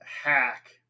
Hack